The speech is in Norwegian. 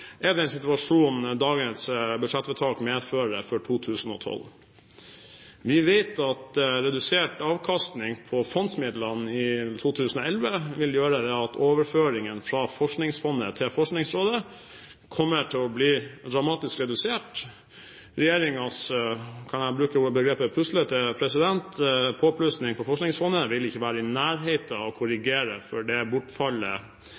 er den situasjonen dagens budsjettvedtak medfører for 2012. Vi vet at redusert avkastning på fondsmidlene i 2011 vil gjøre at overføringene fra Forskningsfondet til Forskningsrådet kommer til å bli dramatisk redusert. Regjeringens – kan jeg bruke begrepet «puslete», president? – påplussing til Forskningsfondet vil ikke være i nærheten av å korrigere for det bortfallet